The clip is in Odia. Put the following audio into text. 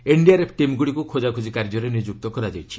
ଏନ୍ଡିଆର୍ଏଫ୍ ଟିମ୍ଗୁଡ଼ିକୁ ଖୋକାଖୋଜି କାର୍ଯ୍ୟରେ ନିଯୁକ୍ତ କରାଯାଇଛି